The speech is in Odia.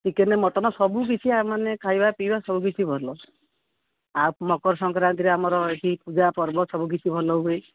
ଚିକେନ ମଟନ ସବୁକିଛି ମାନେ ଖାଇବା ପିଇବା ସବୁକିଛି ଭଲ ଆଉ ମକର ସଂକ୍ରାନ୍ତିରେ ଆମର ଏହି ପୂଜା ପର୍ବ ସବୁକିଛି ଭଲ ହୁଏ